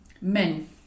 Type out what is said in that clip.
Men